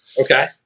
Okay